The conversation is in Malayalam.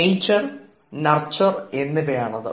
nature nurture എന്നിവയാണത്